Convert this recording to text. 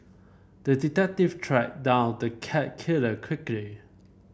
the detective tracked down the cat killer quickly